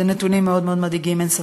אלה נתונים מאוד מאוד מדאיגים, אין ספק.